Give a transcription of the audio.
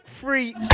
free